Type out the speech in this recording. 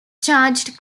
charged